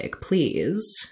please